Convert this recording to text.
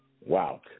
Wow